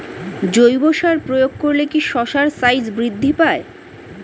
জৈব সার প্রয়োগ করলে কি শশার সাইজ বৃদ্ধি পায়?